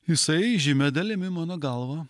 jisai žymia dalimi mano galva